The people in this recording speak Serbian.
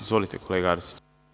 Izvolite, kolega Arsiću.